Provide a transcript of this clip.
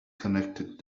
connected